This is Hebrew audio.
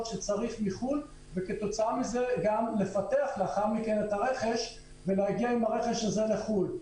מחו"ל וגם לפתח לאחר מכן את הרכש ולהגיע עם הרכש הזה מחו"ל.